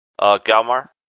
Galmar